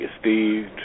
Steve